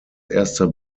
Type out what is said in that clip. erster